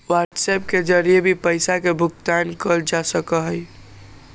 WhatsApp के जरिए भी पैसा के भुगतान कइल जा सका हई